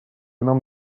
нам